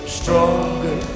stronger